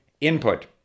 input